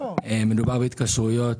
מדובר בהתקשרויות